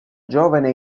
giovane